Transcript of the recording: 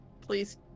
please